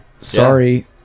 sorry